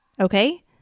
Okay